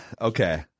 Okay